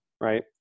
right